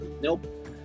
Nope